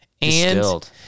Distilled